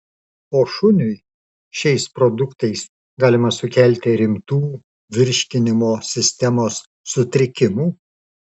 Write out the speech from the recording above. o šuniui šiais produktais galima sukelti rimtų virškinimo sistemos sutrikimų